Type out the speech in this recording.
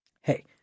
Hey